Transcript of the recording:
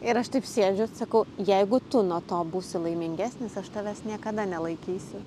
ir aš taip sėdžiu sakau jeigu tu nuo to būsi laimingesnis aš tavęs niekada nelaikysiu